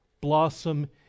blossom